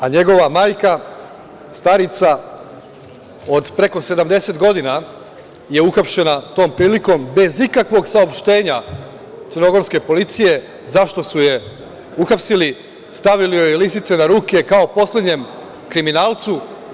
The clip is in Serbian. Njegova majka, starica od preko 70 godina, je uhapšena tom prilikom bez ikakvog saopštenja crnogorske policije zašto su je uhapsili, stavili joj lisice na ruke kao poslednjem kriminalcu.